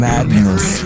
Madness